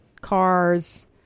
Cars